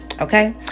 Okay